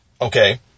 Okay